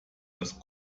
das